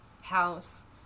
house